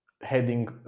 heading